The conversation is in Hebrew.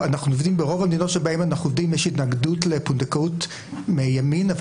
ברוב המדינות שבהן אנחנו עובדים יש התנגדות לפונדקאות מימין אבל